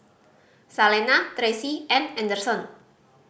Salena Tressie and Anderson